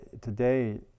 today